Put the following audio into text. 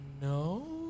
No